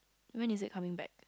when is it coming back